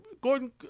Gordon